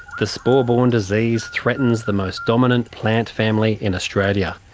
the spore-borne disease threatens the most dominant plant family in australia,